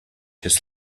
his